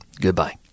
Goodbye